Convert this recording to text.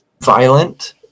violent